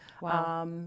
Wow